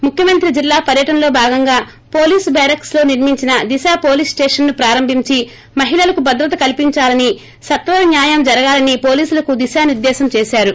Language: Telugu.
ముఖ్యమంత్రి జిల్లా పర్యటనలో భాగంగా పోలీస్ బేరక్స్ లో నిర్మించిన దిశ పోలీస్ స్టేషన్ను ప్రారంభించి మహిళలకు భదత్ర కల్పించాలని సత్వర న్యాయం జరగాలని పోలీసులకు దిశానిర్దేశం చేశారు